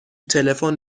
تلفن